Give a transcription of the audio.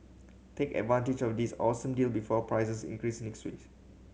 take advantage of this awesome deal before prices increase next